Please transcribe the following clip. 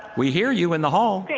we hear you in the hall. great.